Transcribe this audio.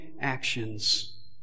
actions